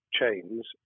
chains